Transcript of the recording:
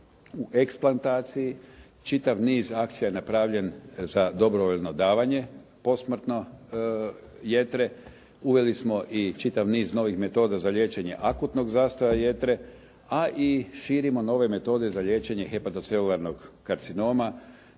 u eksplantaciji. Čitav niz akcija je napravljen za dobrovoljno davanje posmrtno jetre. Uveli smo i čitav niz novih metoda za liječenje akutnog zastoja jetre, a i širimo nove metode za liječenje hepatocelularnog karcinoma.